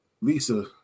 Lisa